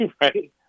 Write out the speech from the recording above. right